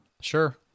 Sure